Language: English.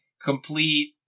complete